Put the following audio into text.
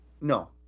No